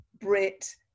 Brit